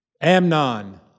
Amnon